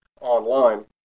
online